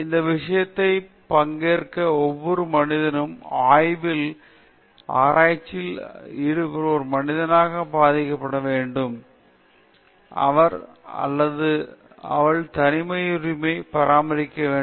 இந்த விஷயத்தில் பங்கேற்கிற ஒவ்வொரு மனிதனும் ஆய்வில் ஆராய்ச்சியில் ஆராய்ச்சியில் ஒரு மனிதனாக மதிக்கப்பட வேண்டும் அவன் அல்லது அவள் தனியுரிமையை பராமரிக்க வேண்டும்